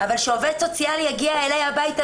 אבל שהעובד הסוציאלי יגיע אליי הביתה